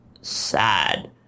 sad